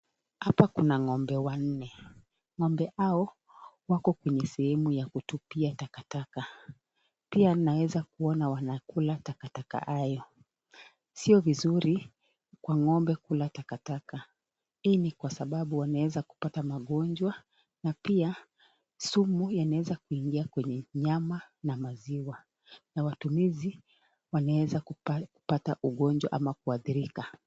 Hapa kuna ng'ombe wanne.Ng'ombe hao wako kwenye sehemu ya kutupia takataka. Pia naeza kuona wanakula takakata hayo. Sio vizuri kwa ng'ombe Kula takakata hii ni kwa sababu wanaeza kupata magonjwa na pia sumu yanaweza kuingia kwa nyama ama maziwa na watumizi wanaeza kupata magonjwa au kuadhirika.